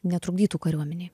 netrukdytų kariuomenei